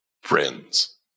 friends